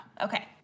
okay